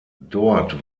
dort